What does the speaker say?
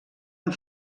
amb